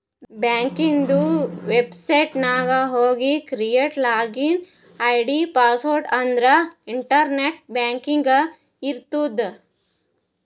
ಬ್ಯಾಂಕದು ವೆಬ್ಸೈಟ್ ನಾಗ್ ಹೋಗಿ ಕ್ರಿಯೇಟ್ ಲಾಗಿನ್ ಐ.ಡಿ, ಪಾಸ್ವರ್ಡ್ ಅಂದುರ್ ಇಂಟರ್ನೆಟ್ ಬ್ಯಾಂಕಿಂಗ್ ಬರ್ತುದ್